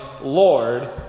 Lord